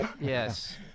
Yes